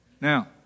Now